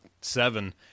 seven